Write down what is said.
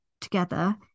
together